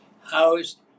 housed